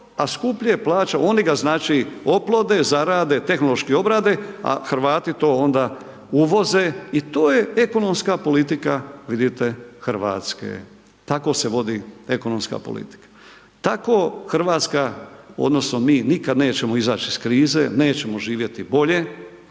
a skuplje plaćamo oni ga znače oplode, zarade, tehnološki obrade, a Hrvati to onda uvoze i to je ekonomska politika vidite Hrvatske. Tako se vodi ekonomska politika. Tako Hrvatska odnosno mi nikada nećemo izaći iz krize, nećemo živjeti bolje